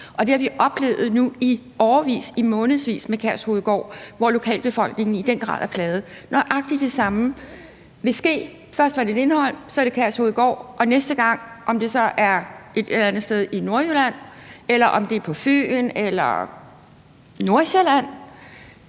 Det har vi oplevet i månedsvis og i årevis med Kærshovedgård, hvor lokalbefolkningen i den grad er plaget. Nøjagtig det samme vil ske; først var det Lindholm, så er det Kærshovedgård, og næste gang – om det så er et eller andet sted i Nordjylland eller det er på Fyn eller i Nordsjælland,